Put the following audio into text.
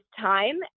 time